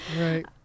Right